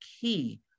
key